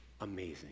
amazing